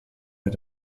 mit